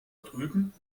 drüben